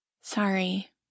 Sorry